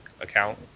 account